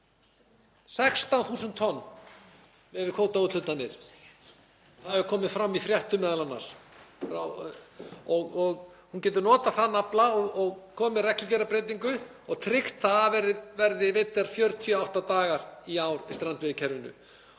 16.000 tonn miðað við kvótaúthlutanir. Það hefur komið fram í fréttum meðal annars. Hún getur notað þann afla og komið með reglugerðarbreytingu og tryggt að það verði veiðar 48 daga í ár í strandveiðikerfinu.